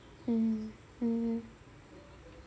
mm mm